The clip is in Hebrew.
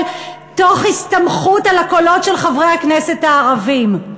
תוך הסתמכות על הקולות של חברי הכנסת הערבים.